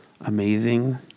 amazing